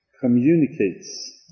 communicates